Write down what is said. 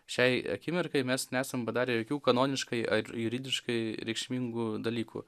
šiai akimirkai mes nesam padarę jokių kanoniškai ar juridiškai reikšmingų dalykų